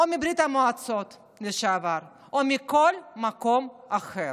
מברית המועצות לשעבר או מכל מקום אחר.